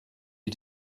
you